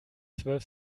zwölf